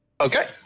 Okay